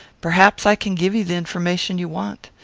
perhaps i can give you the information you want.